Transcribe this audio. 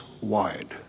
wide